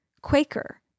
Quaker